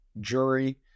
jury